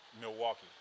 Milwaukee